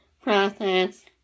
process